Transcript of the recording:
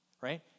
right